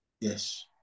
Yes